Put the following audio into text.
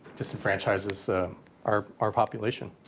disenfranchises our our population.